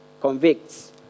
convicts